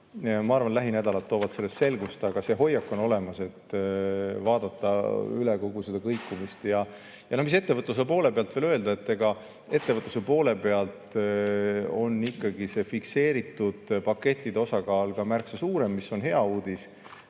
Ma arvan, et lähinädalad toovad selles selgust, aga see hoiak on olemas, et tuleb kogu see kõikumine üle vaadata. Mida ettevõtluse poole pealt veel öelda? Ettevõtluse poolel on ikkagi fikseeritud pakettide osakaal märksa suurem, mis on hea uudis.